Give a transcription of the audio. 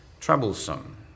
troublesome